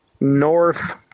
North